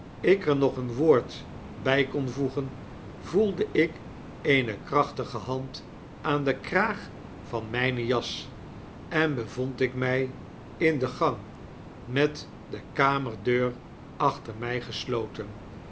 er nog een woord kon bijvoegen voelde ik eene krachtige hand aan den kraag van mijne jas en bevond ik my in de gang met de kamerdeur achter my gesloten